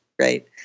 Right